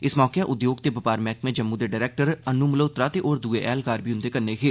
इस मौके उद्योग ते बपार मैह्कमे जम्मू दे डरैक्टर अनु मल्होत्रा ते होर दुए ऐह्लकार बी उंदे कन्नै हे